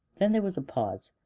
then there was a pause.